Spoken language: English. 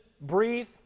breathe